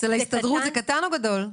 אצל ההסתדרות זה קטן או גדול?